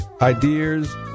ideas